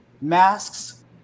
masks